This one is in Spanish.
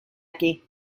aquí